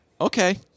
okay